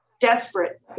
desperate